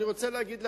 אני רוצה להגיד לך,